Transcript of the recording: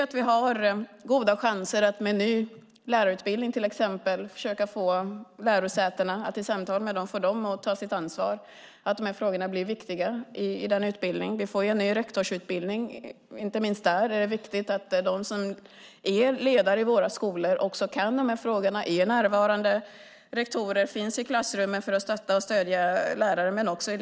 Med en ny lärarutbildning har vi goda chanser att i samtal med lärosätena få dem att ta sitt ansvar så att de här frågorna blir viktiga i den utbildningen. Vi får en ny rektorsutbildning. Det är inte minst viktigt att de som är ledare i våra skolor kan de här frågorna, är närvarande rektorer och finns i klassrummen för att stötta och stödja lärare och elever.